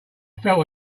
felt